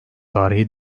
tarihi